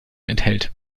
enthält